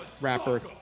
rapper